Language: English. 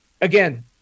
again